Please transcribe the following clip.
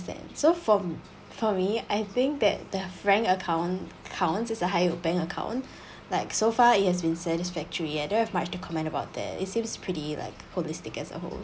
understand so for for me I think that the frank account account is a higher bank account like so far it has been satisfactory I don't have much to comment about there it seems pretty like holistic as a whole